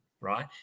right